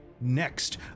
Next